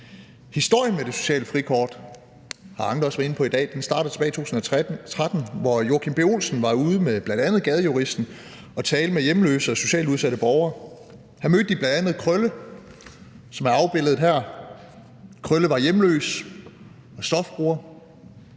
været inde på i dag, startede tilbage i 2013, hvor Joachim B. Olsen var ude med bl.a. Gadejuristen for at tale med hjemløse og socialt udsatte borgere. Her mødte de bl.a. Krølle, som er afbildet her (Viser billede) . Krølle var hjemløs og stofbruger.